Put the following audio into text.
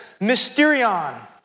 mysterion